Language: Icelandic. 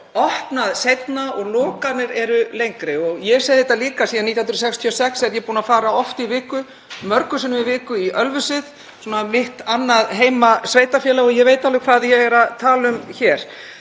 opnað seinna og lokanir séu lengri. Ég segi þetta líka. Síðan 1966 er ég búin að fara oft í viku, mörgum sinnum í viku í Ölfusið, mitt annað heimasveitarfélag, og ég veit alveg hvað ég er að tala um hér.